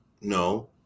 no